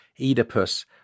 Oedipus